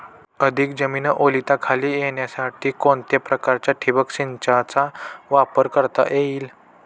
अधिक जमीन ओलिताखाली येण्यासाठी कोणत्या प्रकारच्या ठिबक संचाचा वापर करता येईल?